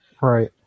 Right